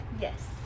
Yes